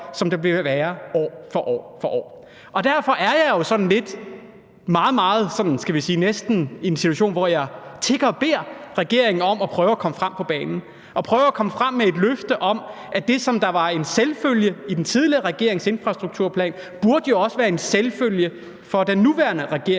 som der vil være år for år. Derfor er jeg jo sådan lidt, hvad skal vi sige, næsten i en situation, hvor jeg tigger og beder regeringen om at prøve at komme på banen og prøve at komme frem med et løfte om, at det, der var en selvfølge i den tidligere regerings infrastrukturplan, også burde være en selvfølge for den nuværende regerings